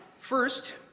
First